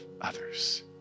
others